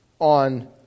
on